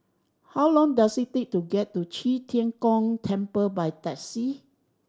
how long does it take to get to Qi Tian Gong Temple by taxi